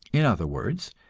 in other words,